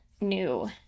new